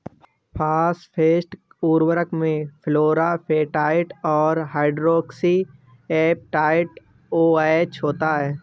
phosphate उर्वरक में fluorapatite और हाइड्रोक्सी एपेटाइट ओएच होता है